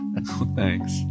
thanks